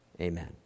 Amen